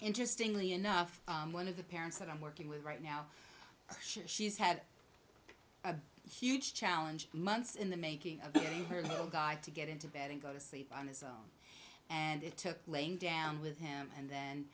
interestingly enough one of the parents that i'm working with right now she's had a huge challenge months in the making of her little guy to get into bed and go to sleep on his own and it took laying down with him and then